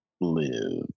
live